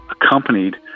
accompanied